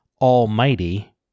Almighty